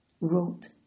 wrote